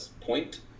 point